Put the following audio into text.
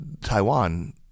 Taiwan